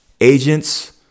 agents